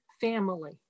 family